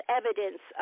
evidence